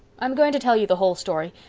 i'm going to tell you the whole story,